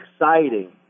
exciting